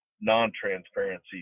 non-transparency